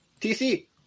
TC